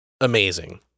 Amazing